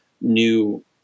new